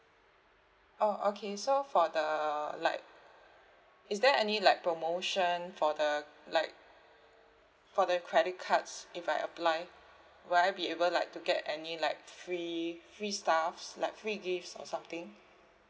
oh okay so for the like is there any like promotion for the like for the credit cards if I apply will I be able like to get any like free free stuffs like free gifts or something